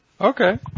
Okay